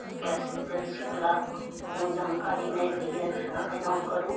gas एजेन्सीवला कोनो जानकारी नहि दैए जे अहाँ एना करू